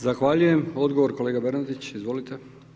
Zahvaljujem, odgovor kolega Bernardić, izvolite.